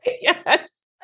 Yes